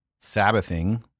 Sabbathing